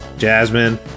Jasmine